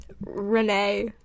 Renee